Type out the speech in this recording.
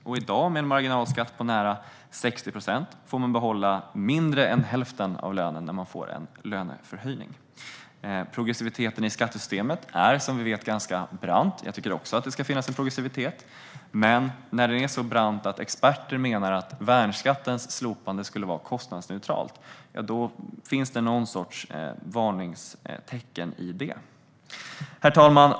I dag, med en marginalskatt på nära 60 procent, får man behålla mindre än hälften av lönen när man får en löneförhöjning. Progressiviteten i skattesystemet är, som vi vet, ganska brant. Jag tycker också att det ska finnas en progressivitet. Men när den är så brant att experter menar att värnskattens slopande skulle vara kostnadsneutralt finns det någon sorts varningstecken. Herr talman!